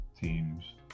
teams